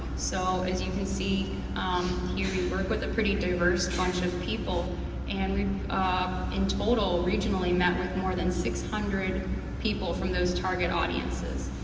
so as you can see here, we work with a pretty diverse bunch of people and we've in total, regionally, met with more than six hundred people from those target audiences.